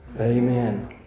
Amen